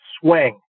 swing